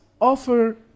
offer